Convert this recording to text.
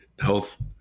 health